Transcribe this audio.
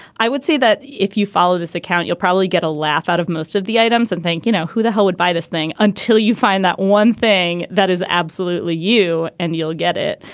i would see that if you follow this account you'll probably get a laugh out of most of the items and think you know who the hell would buy this thing until you find that one thing that is absolutely you and you'll get it.